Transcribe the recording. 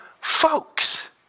folks